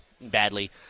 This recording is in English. badly